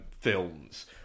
films